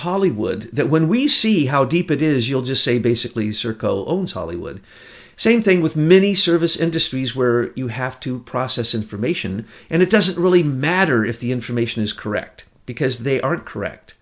hollywood that when we see how deep it is you'll just say basically circle owns hollywood same thing with many service industries where you have to process information and it doesn't really matter if the information is correct because they aren't correct